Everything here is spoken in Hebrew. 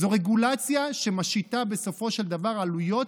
זאת רגולציה שמשיתה בסופו של דבר עלויות